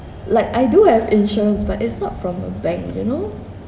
like I do have insurance but it's not from a bank you know